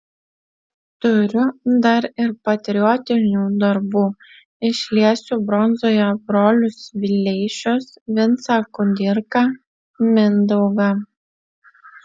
turiu dar ir patriotinių darbų išliesiu bronzoje brolius vileišius vincą kudirką mindaugą